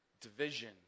Division